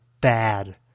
bad